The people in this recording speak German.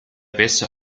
besser